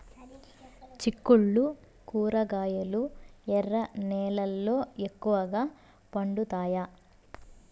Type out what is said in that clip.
చిక్కుళ్లు కూరగాయలు ఎర్ర నేలల్లో ఎక్కువగా పండుతాయా